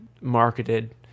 marketed